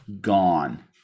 gone